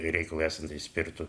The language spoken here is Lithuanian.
reikalui esant įspirtų